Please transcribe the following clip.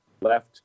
left